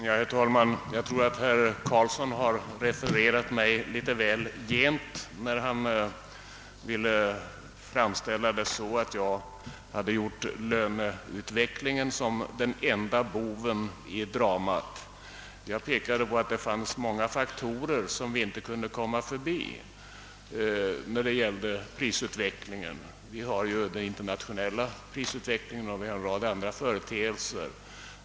Herr talman! Jag tror att herr Karlsson i Huddinge refererade mig litet väl snävt när han framställde saken så, att jag gjort löneutvecklingen till den enda boven i dramat. Jag framhöll att det finns många faktorer som vi inte kan komma förbi i fråga om prisutvecklingen; vi har den internationella prisutvecklingen och en rad andra företeelser.